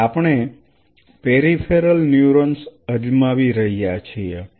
તેથી આપણે peripheral neurons અજમાવી રહ્યા છીએ